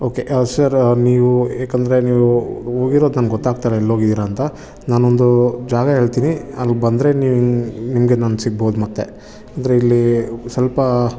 okay sir ನೀವು ಏಕಂದರೆ ನೀವು ಹೋಗಿರೋದು ನನ್ಗೆ ಗೊತ್ತಾಗ್ತಾ ಇಲ್ಲ ಎಲ್ಲೋಗಿದ್ದೀರ ಅಂತ ನಾನೊಂದು ಜಾಗ ಹೇಳ್ತೀನಿ ಅಲ್ಲಿ ಬಂದರೆ ನೀವು ನಿಮಗೆ ನಾನು ಸಿಗ್ಬೋದು ಮತ್ತೆ ಅಂದರೆ ಇಲ್ಲಿ ಸ್ವಲ್ಪ